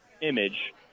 image